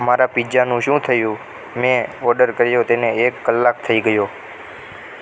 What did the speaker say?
મારા પીઝાનું શું થયું મેં ઓડર કર્યો તેને એક કલાક થઈ ગયો